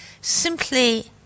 simply